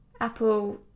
Apple